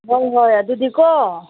ꯍꯣꯏ ꯍꯣꯏ ꯑꯗꯨꯗꯤꯀꯣ